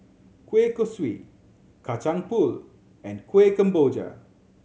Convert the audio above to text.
kueh kosui Kacang Pool and Kuih Kemboja